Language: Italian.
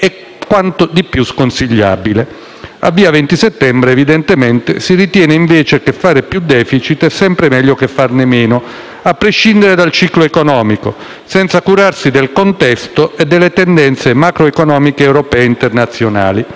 quanto di più sconsigliabile. A Via XX Settembre, evidentemente, si ritiene invece che fare più *deficit* è sempre meglio che farne meno, a prescindere dal ciclo economico, senza curarsi del contesto e delle tendenze macroeconomiche europee e internazionali.